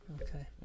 Okay